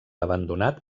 abandonat